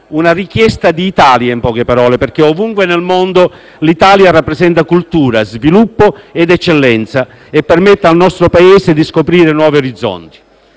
una richiesta di Italia, in poche parole, perché ovunque nel mondo l'Italia rappresenta cultura, sviluppo ed eccellenza e permette al nostro Paese di scoprire nuovi orizzonti.